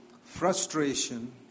frustration